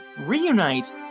reunite